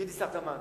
כשהייתי שר התמ"ת,